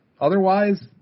Otherwise